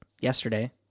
yesterday